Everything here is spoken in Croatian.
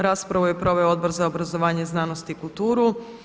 Raspravu je proveo Odbor za obrazovanje, znanost i kulturu.